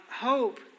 Hope